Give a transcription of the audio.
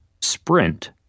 sprint